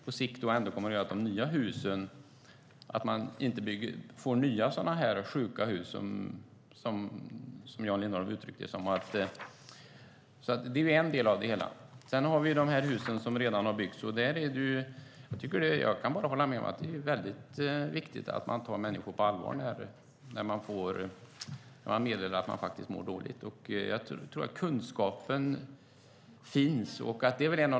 På sikt kommer det att göra att man inte får nya sådana här sjuka hus, som Jan Lindholm uttryckte det. Det är en del av det hela. Sedan har vi de här husen som redan har byggts, och jag kan bara hålla med om att det är väldigt viktigt att man tar människor på allvar när de meddelar att de mår dåligt. Jag tror att kunskapen finns.